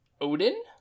Odin